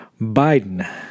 Biden